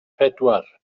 pedwar